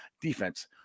defense